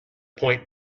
point